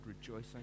rejoicing